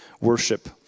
worship